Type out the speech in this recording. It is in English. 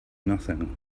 nothing